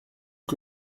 que